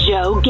Joe